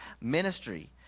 ministry